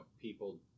people